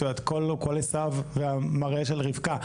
הקול קול עשיו והמראה של רבקה.